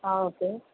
ஆ okay